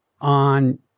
on